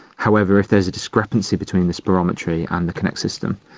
however, if there is a discrepancy between the spirometry and the kinect system,